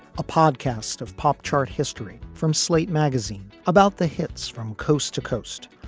a podcast of pop chart history from slate magazine about the hits from coast to coast.